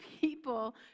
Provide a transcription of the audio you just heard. people